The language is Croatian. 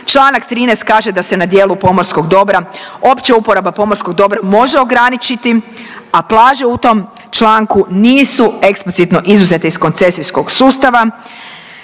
Članak 13. kaže da se dijelu pomorskog dobra, opća uporaba pomorskog dobra može ograničiti, a plaže u tom članku nisu eksplicitno izuzete iz koncesijskog sustava.